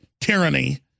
tyranny